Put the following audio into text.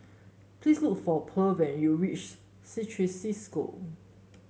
please look for Pearl when you reach Certis Cisco